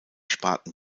sparten